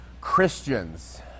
Christians